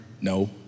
No